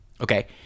okay